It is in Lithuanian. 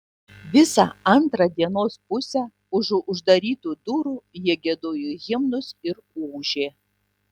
visą antrą dienos pusę užu uždarytų durų jie giedojo himnus ir ūžė